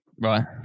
Right